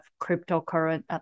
cryptocurrency